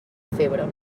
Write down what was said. febre